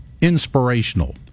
inspirational